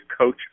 coach